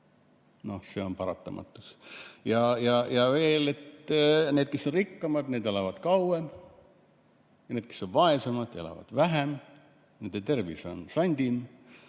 vähem. See on paratamatus. Ja veel: need, kes on rikkamad, elavad kauem, ja need, kes on vaesemad, elavad vähem, nende tervis on sandim.